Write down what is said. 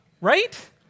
Right